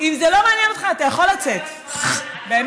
אם זה לא מעניין אותך, אתה יכול לצאת, באמת.